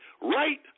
Right